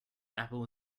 apple